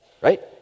right